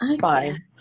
Fine